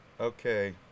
Okay